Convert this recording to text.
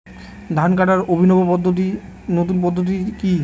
ধান কাটার অভিনব নতুন পদ্ধতিটি কি?